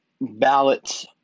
ballots